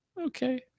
Okay